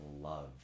love